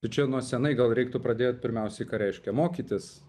tai čia nuo senai gal reiktų pradėt pirmiausiai ką reiškia mokytis